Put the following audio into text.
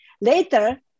Later